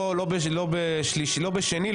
לא ביום שני,